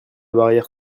barrière